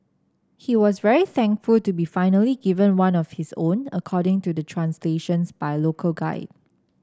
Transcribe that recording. he was very thankful to be finally given one of his own according to the translations by local guide